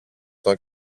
τον